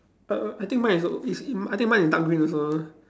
err I think mine is so is in I think mine is dark green also